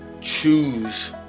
choose